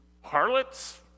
harlots